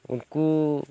ᱩᱱᱠᱩ